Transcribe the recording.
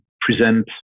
present